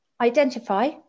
identify